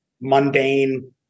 mundane